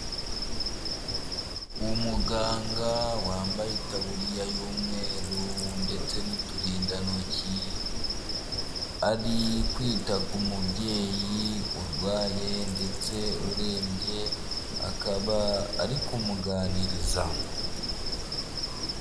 Umuganga wambaye itaburiya y'umweru ndetse n'uturindantoki ari kwita ku mubyeyi urwaye ndetse urembye akaba ari kumuganiriza.